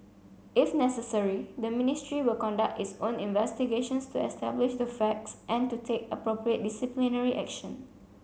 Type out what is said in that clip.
if necessary the Ministry will conduct its own investigations to establish the facts and to take appropriate disciplinary action